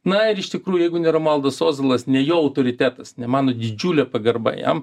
na ir iš tikrųjų jeigu ne romualdas ozolas ne jo autoritetas ne mano didžiulė pagarba jam